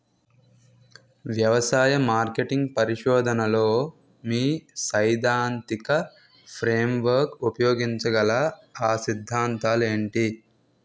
వ్యవసాయ మార్కెటింగ్ పరిశోధనలో మీ సైదాంతిక ఫ్రేమ్వర్క్ ఉపయోగించగల అ సిద్ధాంతాలు ఏంటి?